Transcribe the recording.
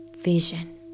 vision